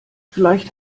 vielleicht